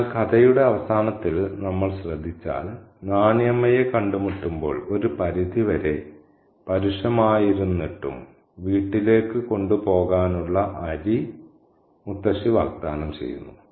അതിനാൽ കഥയുടെ അവസാനത്തിൽ നമ്മൾ ശ്രദ്ധിച്ചാൽ നാണി അമ്മയെ കണ്ടുമുട്ടുമ്പോൾ ഒരു പരിധിവരെ പരുഷമായിരുന്നിട്ടും വീട്ടിലേക്ക് കൊണ്ടുപോകാനുള്ള അരി അവൾ വാഗ്ദാനം ചെയ്യുന്നു